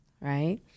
right